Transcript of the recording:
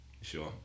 Sure